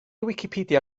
wicipedia